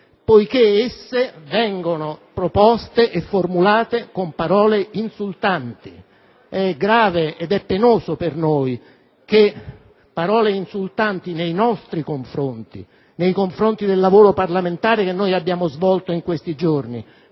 poiché esse vengono proposte e formulate con parole insultanti. È grave ed è penoso per noi che parole insultanti nei nostri confronti, nei confronti del lavoro parlamentare che abbiamo svolto in questi giorni,